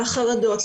לחרדות,